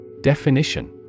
Definition